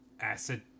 acid